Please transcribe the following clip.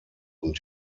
und